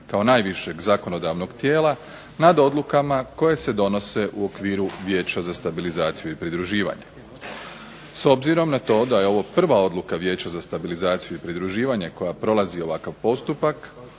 kao najvišeg zakonodavnog tijela nad odlukama koje se donose u okviru Vijeća za stabilizaciju i pridruživanje. S obzirom na to da je ovo prva odluka Vijeća za stabilizaciju i pridruživanje koja prolazi ovakav postupak